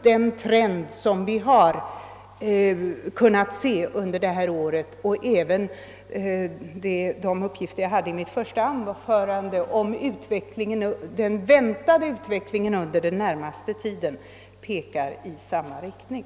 Den trend vi haft under det här året och de uppgifter jag lämnade i mitt första anförande om den närmaste utvecklingen pekar i samma riktning.